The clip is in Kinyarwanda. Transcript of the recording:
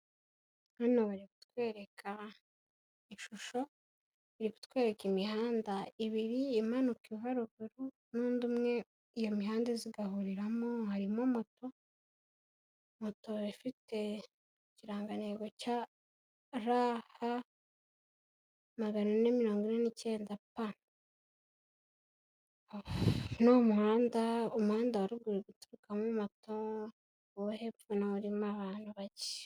Hano bari kutwereka ishusho, iri kutwereka imihanda ibiri imanuka iva ruguru n'undi umwe, iyo mihanda iza igahuriramo arimo moto, moto ifite ikirangantego cya R, H, magana ane mirongo ine n'icyenda P. N'uwo muhanda, umuhanda wa ruguru uri guturukamo moto, uwo hepfo na wo urimo abantu bake.